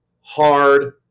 hard